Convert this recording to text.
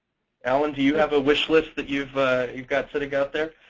alan, do you have a wish list that you've you've got sitting out there?